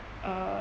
uh